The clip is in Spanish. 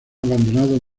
abandonado